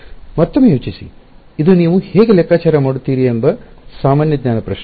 ಮತ್ತೊಮ್ಮೆ ಯೋಚಿಸಿ ಇದು ನೀವು ಹೇಗೆ ಲೆಕ್ಕಾಚಾರ ಮಾಡುತ್ತೀರಿ ಎಂಬ ಸಾಮಾನ್ಯ ಜ್ಞಾನ ಪ್ರಶ್ನೆ